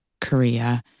Korea